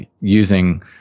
using